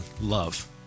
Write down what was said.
love